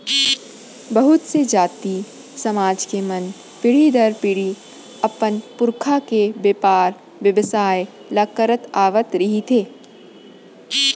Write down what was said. बहुत से जाति, समाज के मन पीढ़ी दर पीढ़ी अपन पुरखा के बेपार बेवसाय ल करत आवत रिहिथे